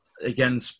again